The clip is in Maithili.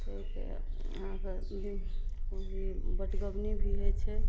फेर अहाँके बटगमनी भी होइ छै